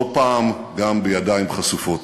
לא פעם גם בידיים חשופות.